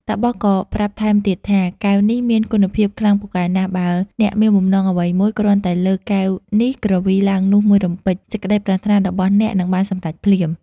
តាបសក៏ប្រាប់ថែមទៀតថា កែវនេះមានគុណភាពខ្លាំងពូកែណាស់ បើអ្នកមានបំណងអ្វីមួយ គ្រាន់តែលើកកែវនេះគ្រវីឡើងនោះមួយរំពេច សេចក្តីប្រាថ្នារបស់អ្នកនឹង បានសម្រេចភ្លាម។